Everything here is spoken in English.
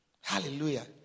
Hallelujah